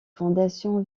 fondation